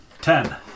Ten